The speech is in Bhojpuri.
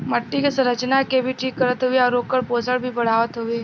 मट्टी क संरचना के भी ठीक करत हउवे आउर ओकर पोषण भी बढ़ावत हउवे